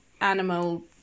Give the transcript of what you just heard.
animal